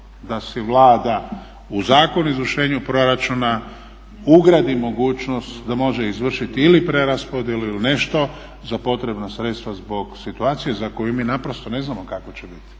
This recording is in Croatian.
da si Vlada u Zakonu o izvršenju proračuna ugradi mogućnost da može izvršiti ili preraspodjelu ili nešto za potrebna sredstva zbog situacije za koju mi naprosto ne znamo kakva će biti.